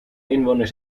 inwoners